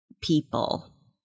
People